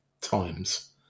times